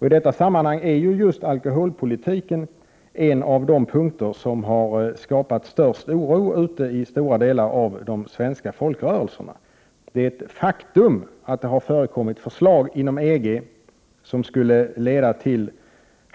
Just alkoholpolitiken är i detta sammanhang en av de punkter som skapat störst oro i stora delar av de svenska folkrörelserna. Det är ett faktum att det inom EG förekommit förslag som skulle leda till en